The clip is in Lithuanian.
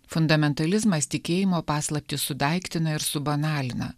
fundamentalizmas tikėjimo paslaptį sudaiktina ir subanalina